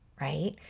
Right